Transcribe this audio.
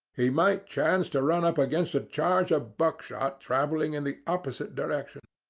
he might chance to run up against a charge of buckshot travelling in the opposite direction.